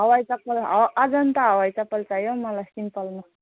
हवाई चप्पल ह अजन्ता हवाई चप्पल चाहियो हौ मलाई सिम्पलमा